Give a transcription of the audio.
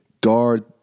guard